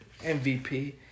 MVP